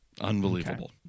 Unbelievable